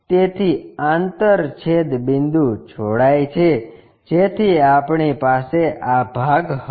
તેથી આંતરછેદ બિંદુ જોડાય છે જેથી આપણી પાસે આ ભાગ હશે